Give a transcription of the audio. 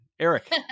Eric